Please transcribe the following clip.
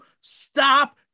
stop